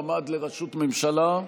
מי המועמד לראשות ממשלה?